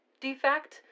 defect